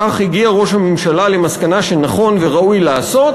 כך הגיע ראש הממשלה למסקנה שנכון וראוי לעשות,